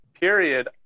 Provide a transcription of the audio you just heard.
period